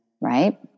right